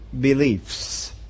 beliefs